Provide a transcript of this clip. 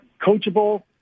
coachable